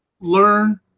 Learn